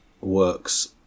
works